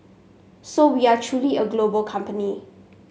so we are truly a global company